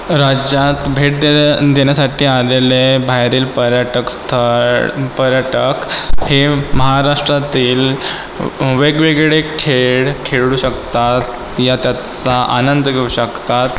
राज्यात भेट देण्यासाठी आलेले बाहेरील पर्यटक स्थळ पर्यटक हे महाराष्ट्रातील वेगवेगळे खेळ खेळू शकतात या त्याचा आनंद घेऊ शकतात